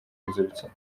mpuzabitsina